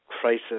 crisis